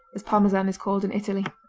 as parmesan is called in italy.